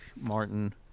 Martin